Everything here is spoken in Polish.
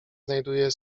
znajduje